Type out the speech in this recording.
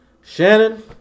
Shannon